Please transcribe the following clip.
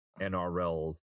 nrl